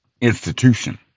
institution